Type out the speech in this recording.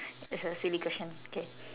it's a silly question K